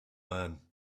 man